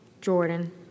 Jordan